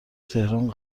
تهران